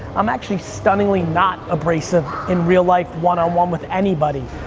i'm actually stunningly not abrasive in real life, one on one, with anybody.